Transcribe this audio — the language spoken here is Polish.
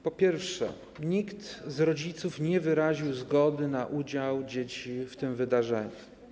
Po pierwsze, nikt z rodziców nie wyraził zgody na udział dzieci w tym wydarzeniu.